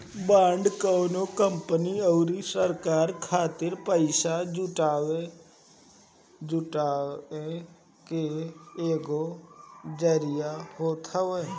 bond कवनो company अउरी सरकार खातिर पईसा जुटाए के एगो जरिया होत हवे